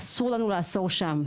אסור לנו לעצור שם.